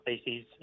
species